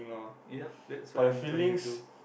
yup that's what I'm trying to do